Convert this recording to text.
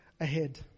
ahead